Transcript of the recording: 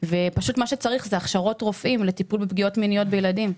ופשוט מה שצריך זה הכשרות רופאים לטיפול בפגיעות מיניות בילדים.